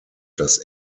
das